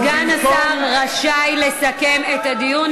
סגן השר רשאי לסכם את הדיון.